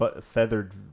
feathered